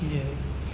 જે